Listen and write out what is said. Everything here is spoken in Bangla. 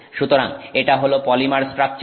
সুতরাং এটা হল পলিমার স্ট্রাকচার